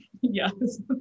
yes